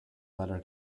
letter